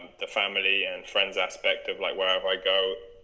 the family and friends aspect of like wherever i go,